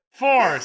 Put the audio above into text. four